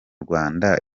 rwanda